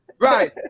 right